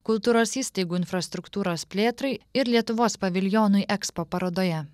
kultūros įstaigų infrastruktūros plėtrai ir lietuvos paviljonui ekspo parodoje